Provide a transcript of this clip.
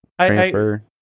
transfer